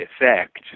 effect